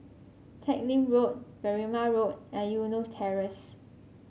Teck Lim Road Berrima Road and Eunos Terrace